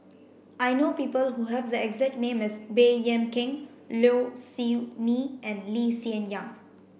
I know people who have the exact name as Baey Yam Keng Low Siew Nghee and Lee Hsien Yang